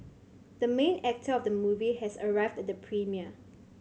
the main actor of the movie has arrived at the premiere